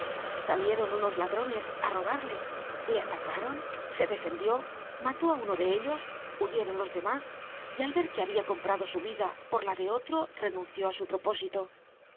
unos ladrones a robarle le atacaron se defendió mató a uno de ellos huyeron los demás y al ver que había comprado su vida por la de otro renunció a su propósito